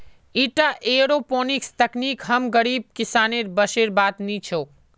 ईटा एयरोपोनिक्स तकनीक हम गरीब किसानेर बसेर बात नी छोक